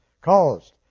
caused